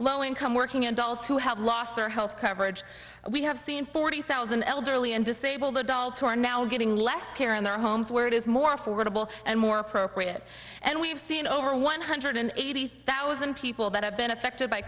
low income working adults who have lost their health coverage we have seen forty thousand elderly and disabled adults who are now getting less care in their homes where it is more affordable and more appropriate and we have seen over one hundred eighty thousand people that have been affected by